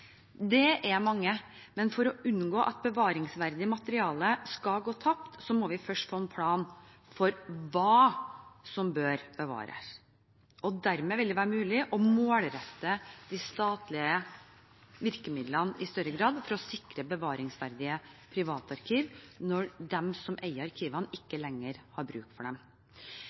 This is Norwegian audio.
er mange, men for å unngå at bevaringsverdig materiale skal gå tapt, må vi først få en plan for hva som bør bevares. Dermed vil det være mulig å målrette de statlige virkemidlene i større grad for å sikre bevaringsverdige privatarkiv når de som eier arkivene, ikke lenger har bruk for dem.